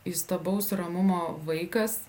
įstabaus ramumo vaikas